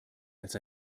als